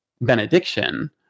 benediction